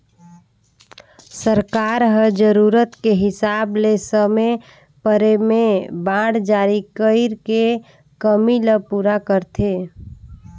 सरकार ह जरूरत के हिसाब ले समे परे में बांड जारी कइर के कमी ल पूरा करथे